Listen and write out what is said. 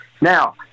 now